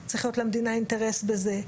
למדינה צריך להיות אינטרס בזה.